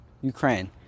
Ukraine